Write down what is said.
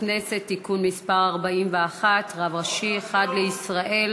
הכנסת (תיקון מס' 41) (רב ראשי אחד לישראל)